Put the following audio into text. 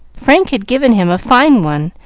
frank had given him a fine one,